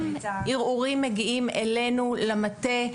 --- ערעורים מגיעים אלינו למטה,